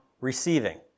receiving